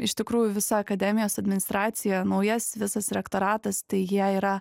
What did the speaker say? iš tikrųjų visa akademijos administracija naujas visas rektoratas tai jie yra